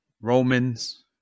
Romans